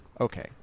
Okay